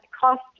cost